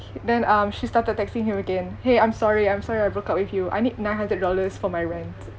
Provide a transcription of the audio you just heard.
and then um she started texting him again !hey! I'm sorry I'm sorry I broke up with you I need nine hundred dollars for my rent